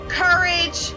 courage